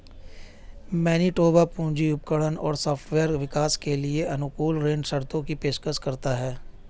Manitoba पूंजी उपकरण और सॉफ्टवेयर विकास के लिए अनुकूल ऋण शर्तों की पेशकश करता है